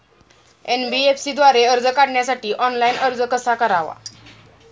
NBFC द्वारे कर्ज काढण्यासाठी ऑनलाइन अर्ज कसा करावा?